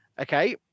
okay